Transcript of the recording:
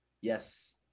Yes